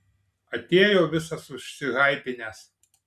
atėjo visas užsihaipinęs